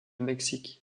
mexique